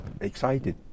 excited